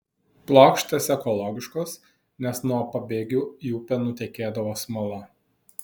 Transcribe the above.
plokštės ekologiškos nes nuo pabėgių į upę nutekėdavo smala